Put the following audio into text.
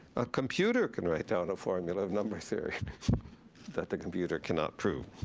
a computer can write down a formula of number theory that the computer cannot prove.